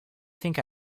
think